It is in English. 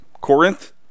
Corinth